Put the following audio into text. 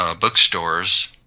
bookstores